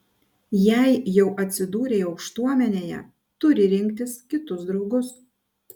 jei jau atsidūrei aukštuomenėje turi rinktis kitus draugus